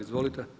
Izvolite.